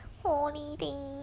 holiday